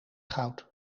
goud